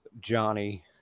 Johnny